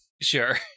Sure